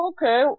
Okay